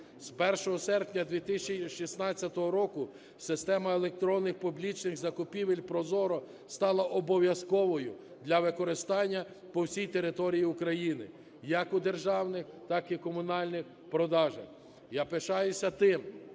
З 1 серпня 2016 року система електронних публічних закупівель ProZorro стала обов'язковою для використання по всій території України як у державних, так і комунальних продажах. Я пишаюся тим,